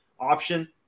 option